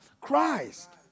Christ